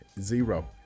Zero